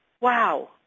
Wow